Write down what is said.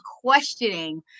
questioning